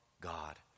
God